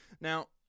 Now